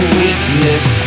weakness